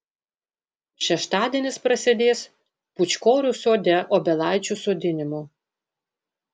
šeštadienis prasidės pūčkorių sode obelaičių sodinimu